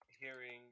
hearing